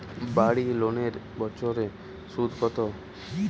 বাড়ি লোনের বছরে সুদ কত?